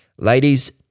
Ladies